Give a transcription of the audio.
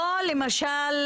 או למשל